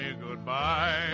Goodbye